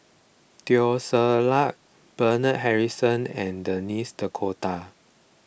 Teo Ser Luck Bernard Harrison and Denis D'Cotta